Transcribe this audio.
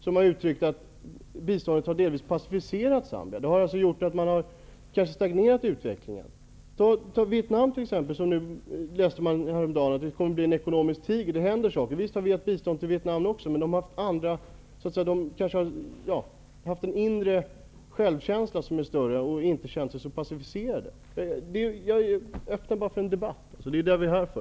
Han har sagt att biståndet delvis har passiviserat landet och medfört att utvecklingen delvis har stagnerat. Ett annat exempel är Vietnam. Man kunde häromdagen läsa att det kommer att bli en ekonomisk kris i landet. Vi har gett bistånd även till Vietnamn, men där har man kanske haft en större självkänsla och därför inte passiverats på samma sätt. Jag är öppen för en debatt. Det är ju därför vi är här.